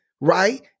right